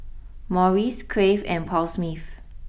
Morries Crave and Paul Smith